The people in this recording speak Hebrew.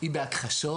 "היא בהכחשות,